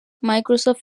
microsoft